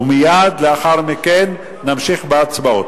ומייד לאחר מכן נמשיך בהצבעות,